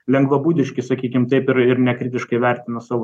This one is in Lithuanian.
lengvabūdiški sakykim taip ir ir nekritiškai vertina savo